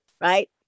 Right